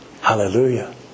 Hallelujah